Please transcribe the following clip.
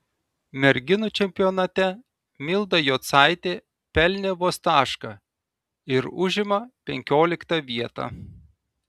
merginų čempionate milda jocaitė pelnė vos tašką ir užima penkioliktą vietą